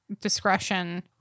discretion